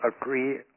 agree